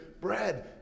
bread